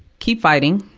keep fighting.